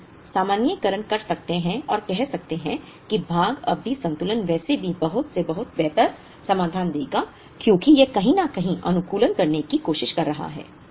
और हम सामान्यीकरण कर सकते हैं और कह सकते हैं कि भाग अवधि संतुलन वैसे भी बहुत से बहुत बेहतर समाधान देगा क्योंकि यह कहीं न कहीं अनुकूलन करने की कोशिश कर रहा है